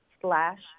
slash